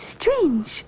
strange